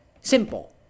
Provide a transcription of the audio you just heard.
simple